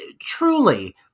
Truly